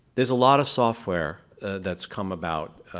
there's a lot of software that's come about,